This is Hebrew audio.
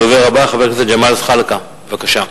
הדובר הבא, חבר הכנסת ג'מאל זחאלקה, בבקשה.